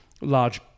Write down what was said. large